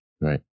Right